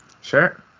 Sure